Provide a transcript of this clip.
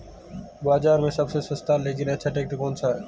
बाज़ार में सबसे सस्ता लेकिन अच्छा ट्रैक्टर कौनसा है?